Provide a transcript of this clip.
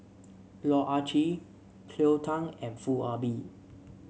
Loh Ah Chee Cleo Thang and Foo Ah Bee